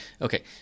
Okay